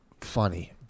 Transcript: Funny